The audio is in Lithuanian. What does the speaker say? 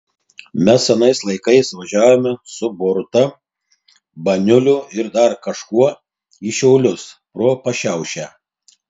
mes anais laikais važiavome su boruta baniuliu ir dar kažkuo į šiaulius pro pašiaušę